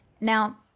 Now